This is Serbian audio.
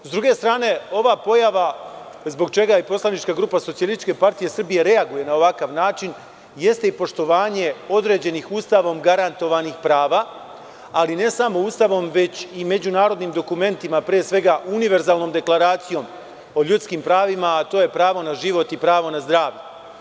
Sa druge strane, ova pojava, zbog čega poslanička grupa SPS reaguje na ovakav način jeste i poštovanje određenih Ustavom garantovanih prava, ali ne samo Ustavom, već i međunarodnim dokumentima, pre svega, univerzalnom deklaracijom o ljudskim pravima, a to je pravo na život i pravo na zdravlje.